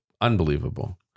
unbelievable